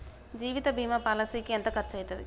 జీవిత బీమా పాలసీకి ఎంత ఖర్చయితది?